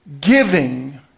giving